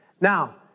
Now